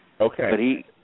Okay